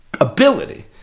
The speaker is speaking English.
ability